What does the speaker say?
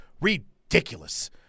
Ridiculous